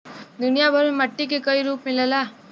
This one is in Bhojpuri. दुनिया भर में मट्टी के कई रूप मिलला